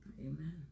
Amen